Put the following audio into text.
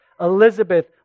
Elizabeth